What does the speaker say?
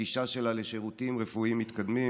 בגישה שלה לשירותים רפואיים מתקדמים,